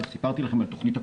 סיפרתי לכם על תוכנית הכוכבים,